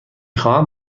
خواهم